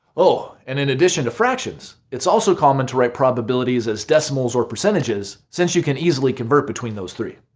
oh, and in addition to fractions, it's also common to write probabilities as decimals or percentages, since you can easily convert between those three.